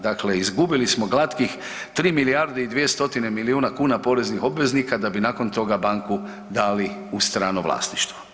Dakle, izgubili smo glatkih 3 milijarde i 200 miliona kuna poreznih obveznika da bi nakon toga banku dali u strano vlasništvo.